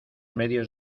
medios